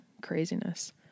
craziness